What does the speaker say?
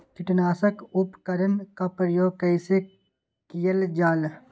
किटनाशक उपकरन का प्रयोग कइसे कियल जाल?